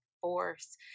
force